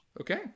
Okay